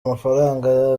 amafaranga